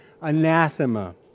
anathema